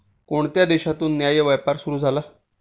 कोणत्या देशातून न्याय्य व्यापार सुरू झाला?